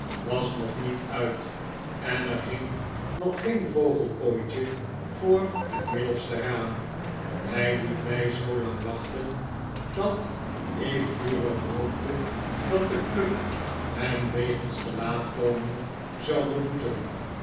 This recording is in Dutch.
was nog niet uit en er hing nog geen vogelkooitje voor het middelste raam hij liet mij zoolang wachten dat ik vurig hoopte dat de club hem wegens te laat komen zou beboeten